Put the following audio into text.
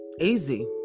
easy